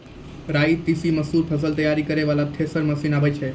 राई तीसी मसूर फसल तैयारी करै वाला थेसर मसीन आबै छै?